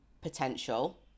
potential